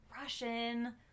russian